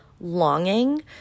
longing